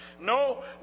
No